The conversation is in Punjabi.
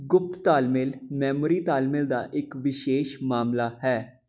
ਗੁਪਤ ਤਾਲਮੇਲ ਮੈਮੋਰੀ ਤਾਲਮੇਲ ਦਾ ਇੱਕ ਵਿਸ਼ੇਸ਼ ਮਾਮਲਾ ਹੈ